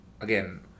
again